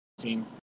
scene